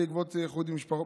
בעקבות איחוד משפחות,